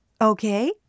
okay